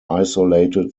isolated